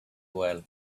well